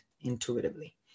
intuitively